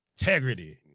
Integrity